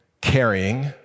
carrying